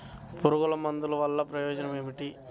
పురుగుల మందుల వల్ల ప్రయోజనం ఏమిటీ?